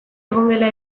egongela